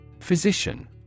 Physician